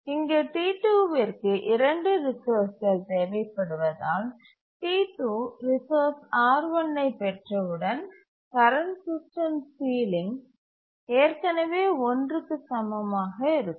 இங்கு T2விற்கு 2 ரிசோர்ஸ்கள் தேவைப்படுவதால் T2 ரிசோர்ஸ் R1 ஐப் பெற்றவுடன் கரண்ட் சிஸ்டம் சீலிங் ஏற்கனவே 1 க்கு சமமாக இருக்கும்